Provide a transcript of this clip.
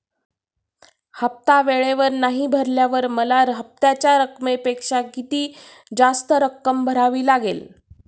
हफ्ता वेळेवर नाही भरल्यावर मला हप्त्याच्या रकमेपेक्षा किती जास्त रक्कम भरावी लागेल?